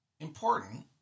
Important